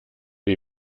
die